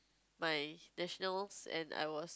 my nationals and I was